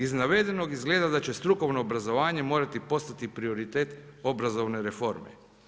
Iz navedenog izgleda da će strukovno obrazovanje morati postati prioritet obrazovne reforme.